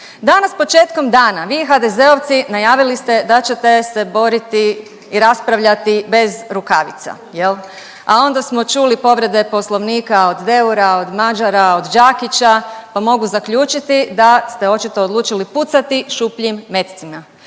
Danas početkom dana vi HDZ-ovci najavili ste da ćete se boriti i raspravljati bez rukavica jel, a onda smo čuli povrede Poslovnika od Deura, od Mažara, od Đakića pa mogu zaključiti da ste očito odlučili pucati šupljim metcima.